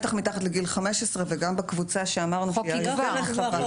בטח מתחת לגיל 15 וגם בקבוצה שאמרנו שהיא היותר רחבה.